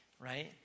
right